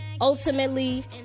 ultimately